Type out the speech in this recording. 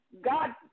God